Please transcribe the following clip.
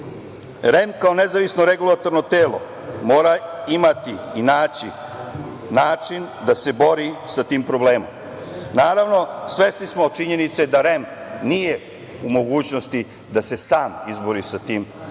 kao nezavisno regulatorno telo mora imati i naći način da se bori sa tim problemom. Naravno, svesni smo činjenice da REM nije u mogućnosti da se sam izbori sa tim problemom.